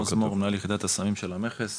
עוז מור, מנהל יחידת הסמים של המכס.